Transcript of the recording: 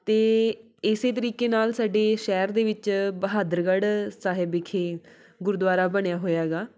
ਅਤੇ ਇਸੇ ਤਰੀਕੇ ਨਾਲ ਸਾਡੇ ਸ਼ਹਿਰ ਦੇ ਵਿੱਚ ਬਹਾਦਰਗੜ੍ਹ ਸਾਹਿਬ ਵਿਖੇ ਗੁਰਦੁਆਰਾ ਬਣਿਆ ਹੋਇਆ ਹੈਗਾ